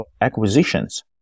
acquisitions